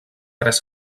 tres